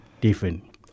different